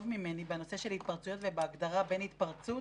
ממני בנושא של התפרצויות ובהגדרה בין התפרצות